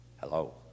Hello